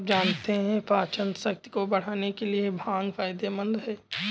क्या आप जानते है पाचनशक्ति को बढ़ाने के लिए भांग फायदेमंद है?